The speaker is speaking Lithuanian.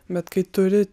bet kai turi